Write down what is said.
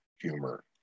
humor